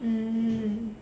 mm